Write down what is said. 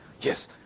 Yes